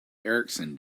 erikson